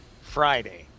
Friday